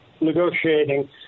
negotiating